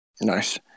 Nice